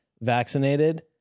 vaccinated